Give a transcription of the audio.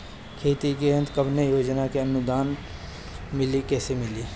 खेती के यंत्र कवने योजना से अनुदान मिली कैसे मिली?